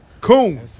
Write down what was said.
Coon